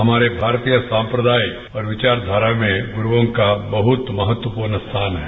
हमारे भारतीय संप्रदाय और विचारधारा में गुरूओं का बहुत महत्वपूर्ण स्थान है